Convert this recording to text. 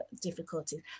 difficulties